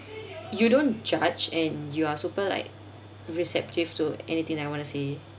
you don't judge and you are super like receptive like anything that I want to say